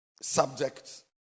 subject